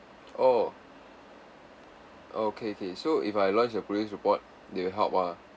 oh okay okay so if I lodge a police report they will help ah